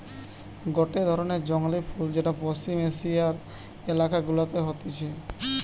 গটে ধরণের জংলী ফুল যেটা পশ্চিম এশিয়ার এলাকা গুলাতে হতিছে